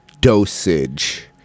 dosage